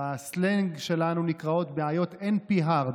שבסלנג שלנו נקראות בעיות NP-hard,